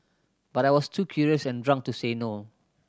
but I was too curious and drunk to say no